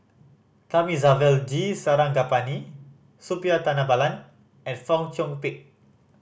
Thamizhavel G Sarangapani Suppiah Dhanabalan and Fong Chong Pik